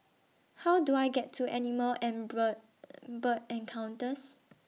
How Do I get to Animal and Bird Bird Encounters